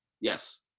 yes